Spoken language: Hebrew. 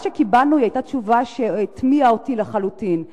שקיבלנו היתה תשובה שהתמיהה אותי לחלוטין,